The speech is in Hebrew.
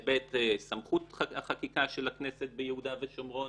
היבט סמכות החקיקה של הכנסת ביהודה ושומרון.